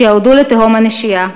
שירדו לתהום הנשייה.